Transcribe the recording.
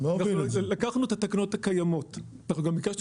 לקחנו את התקנות הקיימות וביקשנו